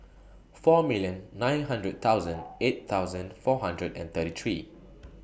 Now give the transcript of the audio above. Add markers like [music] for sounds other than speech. four million nine hundred thousand [noise] eight thousand four hundred and thirty three